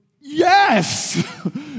yes